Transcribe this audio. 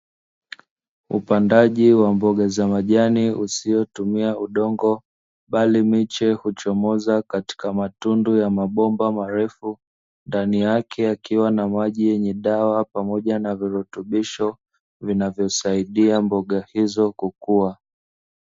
Upandaji wa mboga za majani usiotumia udongo, bali miche huchomoza katika matundu ya mabomba marefu. Ndani yake yakiwa na maji yenye dawa pamoja na virutubisho, vinavyosaidia mboga hizo kukua.